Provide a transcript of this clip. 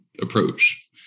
approach